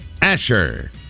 Asher